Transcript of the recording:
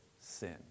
Sin